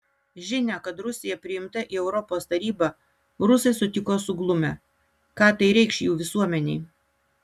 žinią kad rusija priimta į europos tarybą rusai sutiko suglumę ką tai reikš jų visuomenei